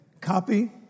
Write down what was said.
copy